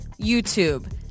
YouTube